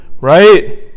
Right